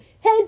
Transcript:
Head